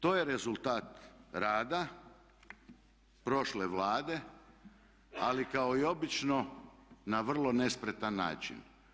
To je rezultat rada prošle Vlade, ali kao i obično na vrlo nespretan način.